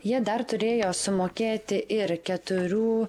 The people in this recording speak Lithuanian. jie dar turėjo sumokėti ir keturių